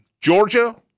Georgia